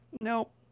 Nope